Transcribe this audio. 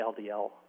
LDL